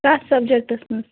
کَتھ سَبجَکٹٕس منٛز